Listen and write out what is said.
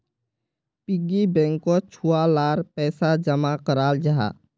piggy बैंकोत छुआ लार पैसा जमा कराल जाहा